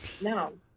No